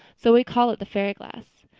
so we call it the fairy glass.